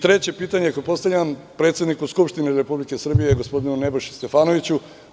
Treće pitanje postavljam predsedniku Skupštine Republike Srbije, gospodinu Nebojši Stefanoviću.